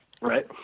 right